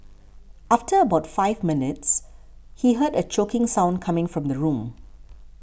after about five minutes he heard a choking sound coming from the room